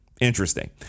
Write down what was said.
Interesting